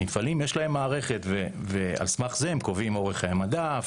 למפעלים יש מערכת, ועל סמך זה הם קובעים אורך מדף